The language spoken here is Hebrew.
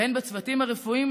והן בצוותים הרפואיים,